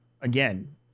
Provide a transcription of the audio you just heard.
again